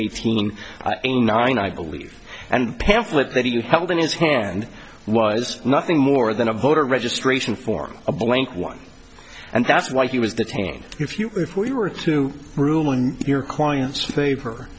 hundred eighty nine i believe and pamphlet that he held in his hand was nothing more than a voter registration form a blank one and that's why he was detained if you if we were to rule in your client's favor